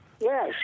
yes